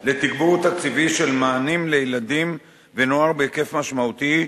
4. תוכנית רב-שנתית לתגבור תקציבי של מענים לילדים ונוער בהיקף משמעותי,